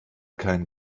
keinen